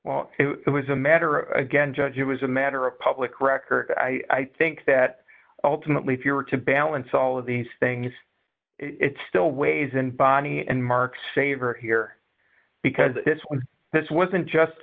well it was a matter again judge it was a matter of public record i think that ultimately if you were to balance all of these things it still weighs in bonnie and mark's favor here because this one this wasn't just